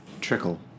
trickle